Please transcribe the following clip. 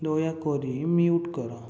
ଦୟାକରି ମ୍ୟୁଟ୍ କର